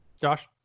Josh